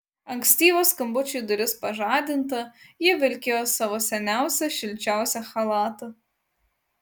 ankstyvo skambučio į duris pažadinta ji vilkėjo savo seniausią šilčiausią chalatą